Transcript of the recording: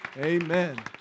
amen